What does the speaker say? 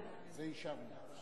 מתקן ריכוז.